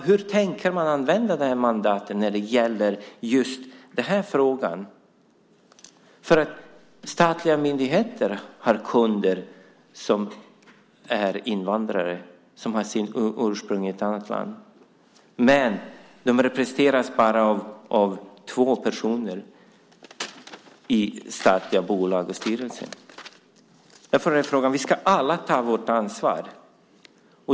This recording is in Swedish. Hur tänker man använda mandatet i just den frågan? Statliga myndigheter har kunder som är invandrare med ursprung i ett annat land, men de representeras av bara två personer i statliga bolag och styrelser. Vi ska alla ta vårt ansvar.